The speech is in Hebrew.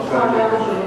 בבקשה.